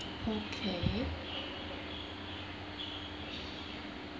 okay